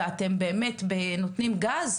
ואפשר להתקדם,